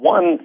One